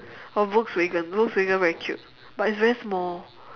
or volkswagen volkswagen very cute but it's very small